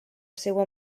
seua